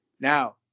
Now